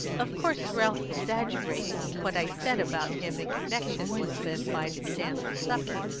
of course ralph exaggerates what i said about him in connection with the invited dance and supper,